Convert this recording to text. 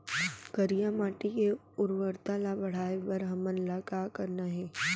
करिया माटी के उर्वरता ला बढ़ाए बर हमन ला का करना हे?